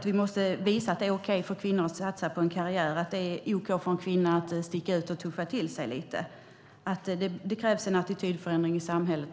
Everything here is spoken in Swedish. Vi måste visa att det är okej för kvinnor att satsa på en karriär och att sticka ut och tuffa till sig lite. Det krävs en attitydförändring i samhället.